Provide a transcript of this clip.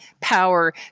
power